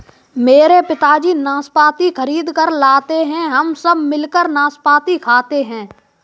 मेरे पिताजी नाशपाती खरीद कर लाते हैं हम सब मिलकर नाशपाती खाते हैं